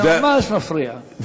זה ממש מפריע.